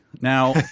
Now